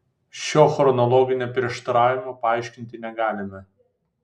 šio chronologinio prieštaravimo paaiškinti negalime